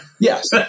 yes